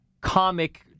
comic